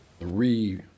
re